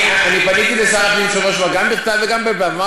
אני פניתי לשר הפנים בשבוע שעבר גם בכתב וגם בעל-פה.